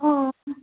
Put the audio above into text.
অঁ